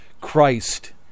Christ